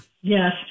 Yes